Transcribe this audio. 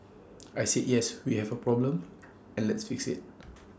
I said yes we have A problem and let's fix IT